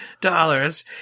dollars